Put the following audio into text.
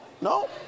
No